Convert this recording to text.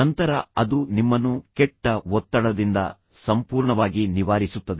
ನಂತರ ಅದು ನಿಮ್ಮನ್ನು ಕೆಟ್ಟ ಒತ್ತಡದಿಂದ ಸಂಪೂರ್ಣವಾಗಿ ನಿವಾರಿಸುತ್ತದೆ